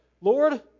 Lord